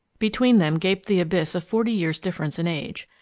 between them gaped the abyss of forty years difference in age,